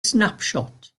snapshot